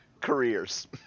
careers